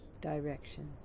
Direction